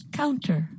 counter